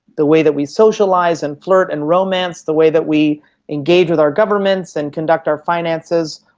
the way that we socialise and flirt and romance, the way that we engage with our governments and conduct our finances,